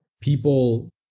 people